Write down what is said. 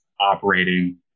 operating